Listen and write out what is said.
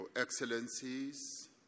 Excellencies